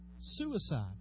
suicide